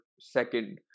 second